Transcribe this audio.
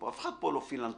אף אחד פה לא פילנתרופ.